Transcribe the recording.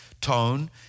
tone